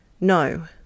no